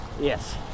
Yes